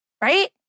Right